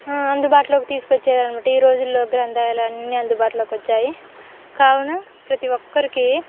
అందుబాటులోకి తీసుకొచ్చేది అన్నమాట ఈ రోజుల్లో గ్రంథాలయాలు అన్నీ అందుబాటులోకి వచ్చాయి కావున ప్రతి ఒక్కరికి